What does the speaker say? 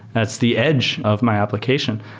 that's the edge of my application.